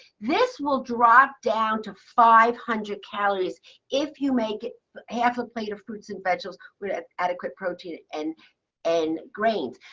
this will drop down to five hundred calories if you make half a plate of fruits and vegetables with adequate protein and and grains.